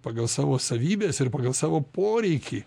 pagal savo savybes ir pagal savo poreikį